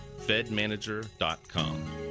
fedmanager.com